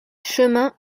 chemin